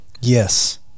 Yes